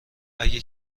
اگه